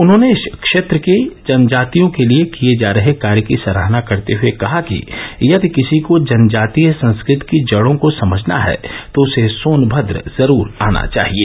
उन्होंने इस क्षेत्र की जनजातियों के लिए किए जा रहे कार्य की सराहना करते हुए कहा कि यदि किसी को जनजातीय संस्कृति की जडों को समझना है तो उसे सोनभद्र जरूर आना चाहिए